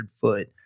foot